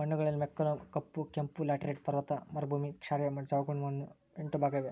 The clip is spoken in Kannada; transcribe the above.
ಮಣ್ಣುಗಳಲ್ಲಿ ಮೆಕ್ಕಲು, ಕಪ್ಪು, ಕೆಂಪು, ಲ್ಯಾಟರೈಟ್, ಪರ್ವತ ಮರುಭೂಮಿ, ಕ್ಷಾರೀಯ, ಜವುಗುಮಣ್ಣು ಎಂಟು ಭಾಗ ಇವೆ